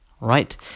Right